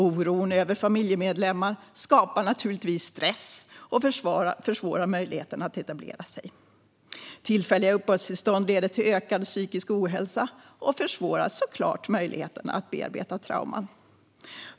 Oron över familjemedlemmar skapar stress och försvårar möjligheterna att etablera sig. Tillfälliga uppehållstillstånd leder till ökad psykisk ohälsa och försvårar såklart möjligheterna att bearbeta trauman.